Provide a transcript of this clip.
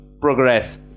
progress